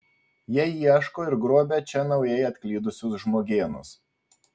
jie ieško ir grobia čia naujai atklydusius žmogėnus